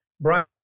Brian